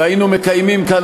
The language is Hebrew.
והיינו מקיימים כאן,